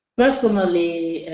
personally,